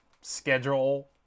schedule